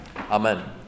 Amen